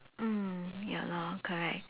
mm ya lor correct